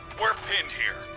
we're pinned here,